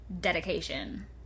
dedication